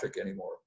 anymore